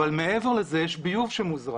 אבל מעבר לזה יש ביוב שמוזרם.